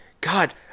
God